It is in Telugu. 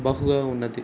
బహుగా ఉన్నది